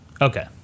Okay